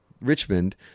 Richmond